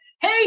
hey